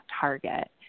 target